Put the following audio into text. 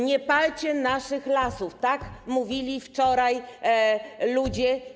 Nie palcie naszych lasów - tak mówili wczoraj ludzie.